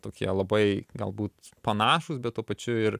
tokie labai galbūt panašūs bet tuo pačiu ir